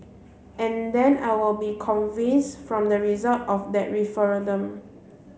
and then I will be convince from the result of that referendum